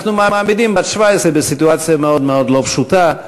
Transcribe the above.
אנחנו מעמידים בת 17 בסיטואציה מאוד מאוד לא פשוטה,